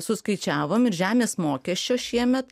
suskaičiavom ir žemės mokesčio šiemet